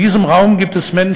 יושבים פה באולם